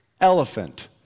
Elephant